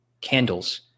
candles